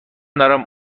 دارم